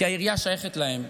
כי העירייה שייכת להם.